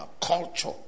culture